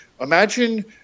imagine